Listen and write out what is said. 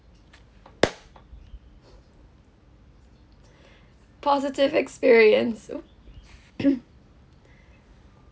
positive experience !oops!